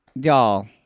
y'all